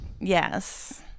Yes